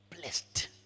Blessed